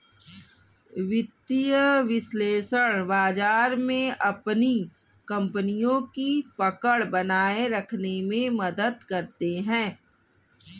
वित्तीय विश्लेषक बाजार में अपनी कपनियों की पकड़ बनाये रखने में मदद करते हैं